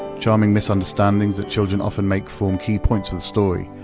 charming misunderstandings the children often make form key points of the story.